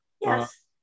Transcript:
Yes